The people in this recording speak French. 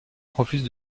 refuse